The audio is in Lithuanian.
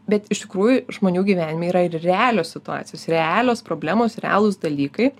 bet iš tikrųjų žmonių gyvenime yra ir realios situacijos realios problemos realūs dalykai